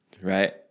right